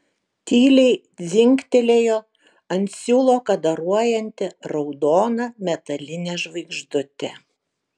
tyliai dzingtelėjo ant siūlo kadaruojanti raudona metalinė žvaigždutė